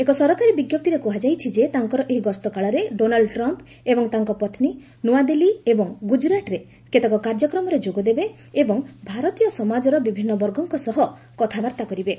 ଏକ ସରକାରୀ ବିଞ୍ଜକ୍ତିରେ କୁହାଯାଇଛି ଯେ ତାଙ୍କର ଏହି ଗସ୍ତ କାଳରେ ଡୋନାଲ୍ଚ ଟ୍ରମ୍ପ ଏବଂ ତାଙ୍କ ପତ୍ନୀ ନୂଆଦିଲ୍ଲୀ ଏବଂ ଗୁଜୁରାଟରେ କେତେକ କାର୍ଯ୍ୟକ୍ରମରେ ଯୋଗଦେବେ ଏବଂ ଭାରତୀୟ ସମାଜର ବିଭିନ୍ନ ବର୍ଗଙ୍କ ସହ କଥାବାର୍ତ୍ତା କରିବେ